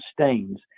stains